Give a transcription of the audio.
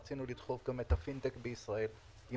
רצינו לדחוף את הפינטק בישראל עם